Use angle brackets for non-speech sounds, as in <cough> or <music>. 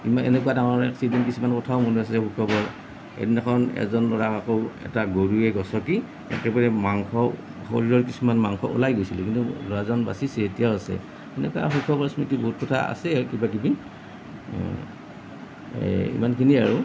<unintelligible> এনেকুৱা ডাঙৰ এক্সিডেন্ট কিছুমান কথাও মনত আছে এদিনাখন এজন ল'ৰাক আকৌ এটা গৰুৱে গচকি একেবাৰে মাংস শৰীৰৰ কিছুমান মাংস ওলাই গৈছিলে কিন্তু ল'ৰাজন বাচিছে এতিয়াও আছে এনেকুৱা শৈশৱৰ স্মৃতি বহুত কথা আছে কিবা কিবি এই ইমানখিনিয়েই আৰু